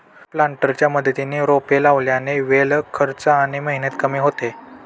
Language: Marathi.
प्लांटरच्या मदतीने रोपे लावल्याने वेळ, खर्च आणि मेहनत कमी होते